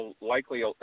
likely